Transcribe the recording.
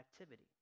activity